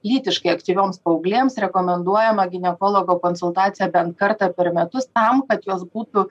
lytiškai aktyvioms paauglėms rekomenduojama ginekologo konsultacija bent kartą per metus tam kad jos būtų